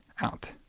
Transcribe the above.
out